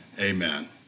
amen